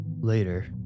Later